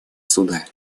суда